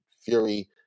Fury